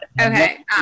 okay